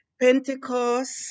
Pentecost